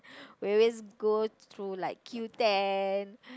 we always go through like Q-ten